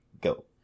Go